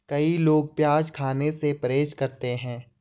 कई लोग प्याज खाने से परहेज करते है